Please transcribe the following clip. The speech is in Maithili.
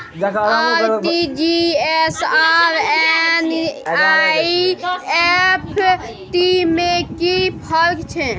आर.टी.जी एस आर एन.ई.एफ.टी में कि फर्क छै?